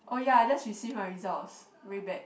oh ya I just receive my results very bad